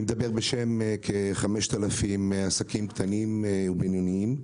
אני מדבר בשם כ-5,000 עסקים קטנים ובינוניים,